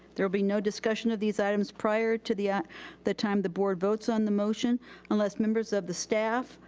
there will be no discussion of these items prior to the ah the time the boart votes on the motion unless members of the staff,